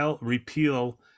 repeal